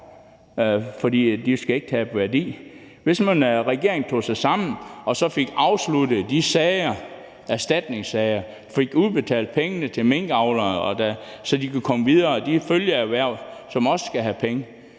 for de skal ikke tabe værdi. Hvis nu regeringen tog sig sammen og så fik afsluttet de erstatningssager, fik udbetalt pengene til minkavlerne, så de kunne komme videre, og til de følgeerhverv, som også skal have penge,